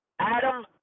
Adam